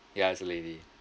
ya it's a lady